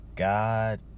God